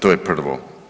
To je prvo.